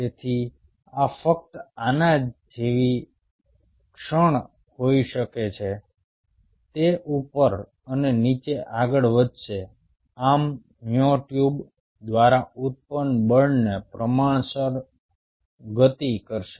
તેથી આ ફક્ત આના જેવી ક્ષણ હોઈ શકે છે તે ઉપર અને નીચે આગળ વધશે આમ મ્યોટ્યુબ્સ દ્વારા ઉત્પન્ન બળને પ્રમાણસર પ્રમાણસર ગતિ કરશે